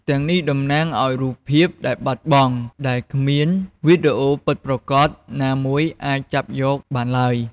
ទាំងនេះ តំណាងឱ្យ "រូបភាពដែលបាត់បង់" ដែលគ្មានវីដេអូពិតប្រាកដណាមួយអាចចាប់យកបានឡើយ។